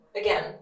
again